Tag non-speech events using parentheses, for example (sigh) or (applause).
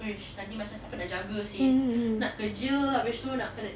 (noise) nanti siapa nak jaga seh nak kerja habis tu nak kena